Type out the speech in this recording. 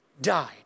died